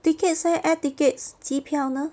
tickets leh air tickets 机票呢